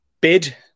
bid